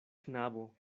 knabo